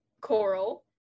Coral